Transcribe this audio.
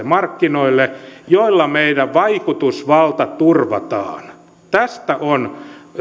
markkinoille joilla meidän vaikutusvalta turvataan tästä on